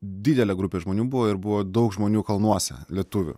didelė grupė žmonių buvo ir buvo daug žmonių kalnuose lietuvių